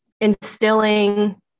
Instilling